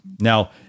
Now